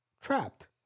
trapped